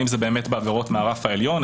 האם זה בעבירות מהרף העליון,